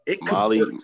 Molly